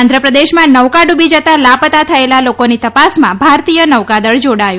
આંધ્રપ્રદેશમાં નૌકા ડૂબી જતાં લાપતા થયેલા લોકોની તપાસમાં ભારતીય નૌકાદળ જાડાયું